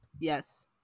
yes